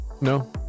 No